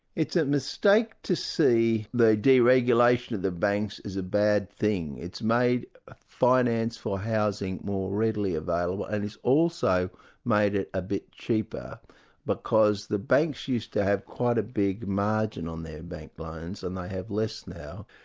it's a mistake to see the deregulation of the banks as a bad thing. it's made finance for housing more readily available and it's also made it a bit cheaper because the banks used to have quite a big margin on their bank loans, and they have less now.